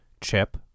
chip